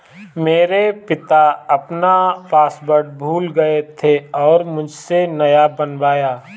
मेरे पिता अपना पासवर्ड भूल गए थे और मुझसे नया बनवाया